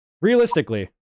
realistically